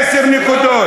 עשר נקודות.